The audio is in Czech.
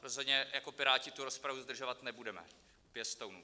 Rozhodně jako Piráti tu rozpravu zdržovat nebudeme pěstounů.